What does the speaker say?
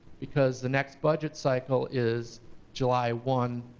because the next budget cycle is july one,